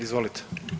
Izvolite.